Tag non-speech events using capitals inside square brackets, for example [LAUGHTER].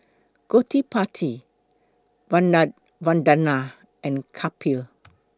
Gottipati [UNINTELLIGIBLE] Vandana and Kapil